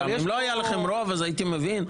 אם לא היה לכם רוב אז היית מבין,